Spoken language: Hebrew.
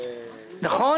נכון?